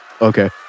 Okay